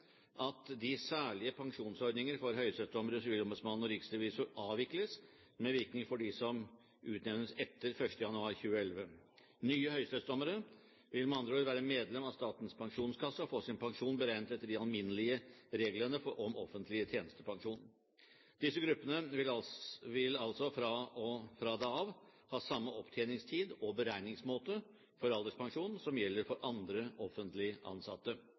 første: De særlige pensjonsordningene for høyesterettsdommere, sivilombudsmann og riksrevisor avvikles med virkning for dem som utnevnes etter 1. januar 2011. Nye høyesterettsdommere vil med andre ord være medlemmer av Statens pensjonskasse og få sin pensjon beregnet etter de alminnelige reglene om offentlig tjenestepensjon. Disse gruppene vil altså fra da av ha samme opptjeningstid og beregningsmåte for alderspensjon som gjelder for andre offentlig ansatte.